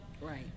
right